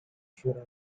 sure